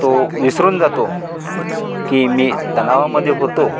तो विसरून जातो की मी तनावामध्ये होतो